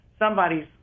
somebody's